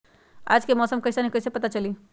आज के मौसम कईसन हैं कईसे पता चली?